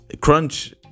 crunch